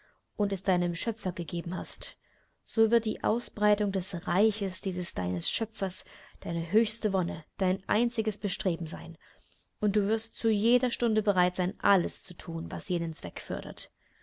und es deinem schöpfer gegeben hast so wird die ausbreitung des reiches dieses deines schöpfers deine höchste wonne dein einziges bestreben sein und du wirst zu jeder stunde bereit sein alles zu thun was jenen zweck